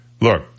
look